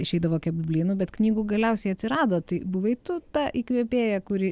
išeidavo kept blynų bet knygų galiausiai atsirado tai buvai tu ta įkvėpėja kuri